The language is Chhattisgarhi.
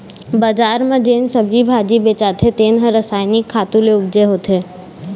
बजार म जेन सब्जी भाजी बेचाथे तेन ह रसायनिक खातू ले उपजे होथे